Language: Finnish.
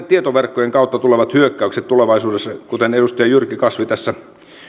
tietoverkkojen kautta tulevat hyökkäykset tulevaisuudessa kuten edustaja jyrki kasvi tässä